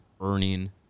earning